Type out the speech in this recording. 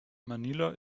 manila